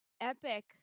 epic